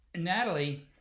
Natalie